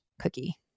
cookie